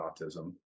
autism